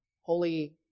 holy